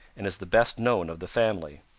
and is the best known of the family.